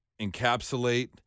encapsulate